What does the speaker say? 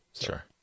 sure